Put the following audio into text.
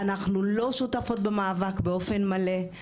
אנחנו לא שותפות במאבק באופן מלא,